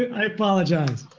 i apologize.